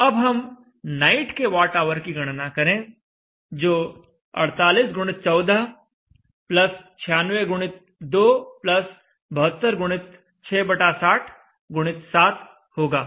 तो अब हम नाइट के वाट आवर की गणना करें जो 48 x 14 96 x 2 72 x 660 x 7 होगा